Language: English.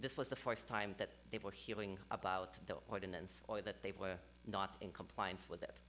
this was the first time that they were hearing about the ordinance or that they were not in compliance with it